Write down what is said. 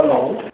hello